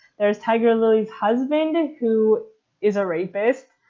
there's tiger lily's husband, and who is a rapist,